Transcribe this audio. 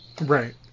Right